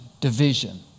division